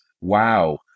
wow